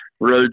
Road